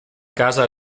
casa